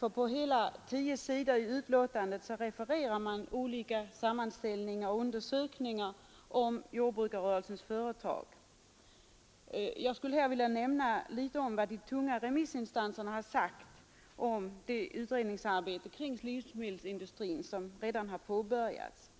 när man på hela tio sidor i betänkandet refererar olika sammanställningar och undersökningar om jordbrukarrörelsens företag. Jag vill här nämna något om vad de tunga remissinstanserna sagt om det utredningsarbete kring livsmedelsindustrin som redan har påbörjats.